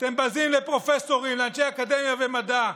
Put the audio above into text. אתם בזים לפרופסורים, לאנשי אקדמיה ומדע.